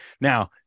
Now